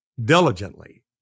diligently